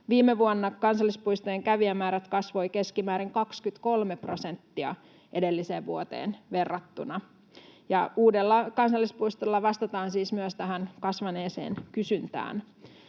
Viime vuonna kansallispuistojen kävijämäärät kasvoivat keskimäärin 23 prosenttia edelliseen vuoteen verrattuna, ja uudella kansallispuistolla vastataan siis myös tähän kasvaneeseen kysyntään.